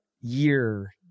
year